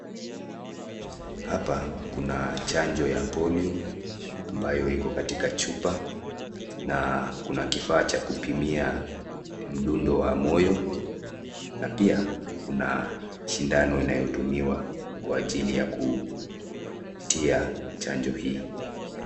Hapa kuna chanjo ya polio ambayo iko katika chupa na kuna kifaa cha kupimia mdundo wa moyo na pia kuna sindano inayotumia kwa ajili ya kutia chanjo hii.